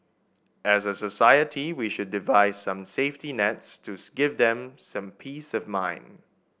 as a society we should devise some safety nets to give them some peace of mind